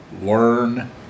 learn